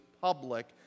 public